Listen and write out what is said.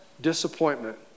disappointment